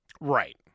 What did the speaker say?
Right